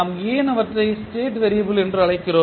நாம் ஏன் அவற்றை ஸ்டேட் வேறியபிள் என்று அழைக்கிறோம்